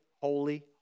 holy